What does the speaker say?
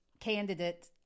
candidate